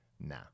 nah